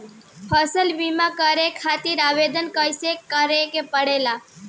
फसल बीमा करे खातिर आवेदन कहाँसे करे के पड़ेला?